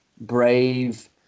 Brave